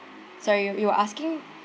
sorry you were you were asking